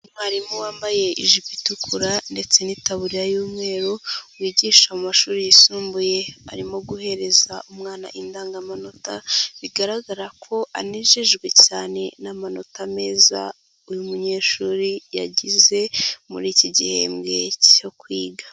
Umwarimu wambaye ijipo itukura ndetse n'itaburiya y'umweru wigisha mu mashuri yisumbuye arimo guhereza umwana indangamanota bigaragara ko anejejwe cyane n'amanota meza uyu munyeshuri yagize muri iki gihembwe cyo kwiga.